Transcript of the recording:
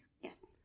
yes